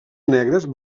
negres